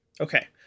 Okay